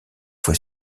fois